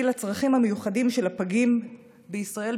לצרכים המיוחדים של הפגים בישראל,